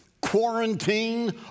quarantine